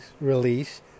release